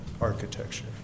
architecture